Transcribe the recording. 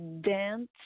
dance